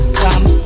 come